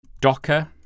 Docker